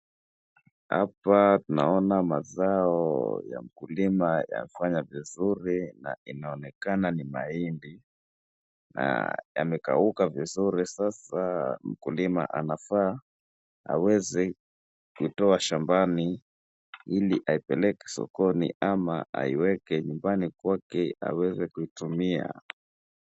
Hapa tunaona mazao ya mkulima yafanya vizuri na inaonekana ni mahindi. Yamekauka vizuri sasa mkulima anafaa aweze kutoa shambani ili aipeleke sokoni ama aiweke nyumbani kwake aweze kuitumia.